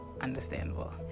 Understandable